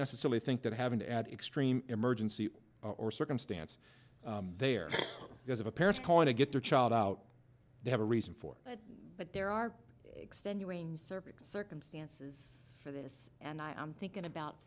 necessarily think that having to add extreme emergency or circumstance there because of a parent's calling to get their child out they have a reason for that but there are extenuating cervix circumstances for this and i'm thinking about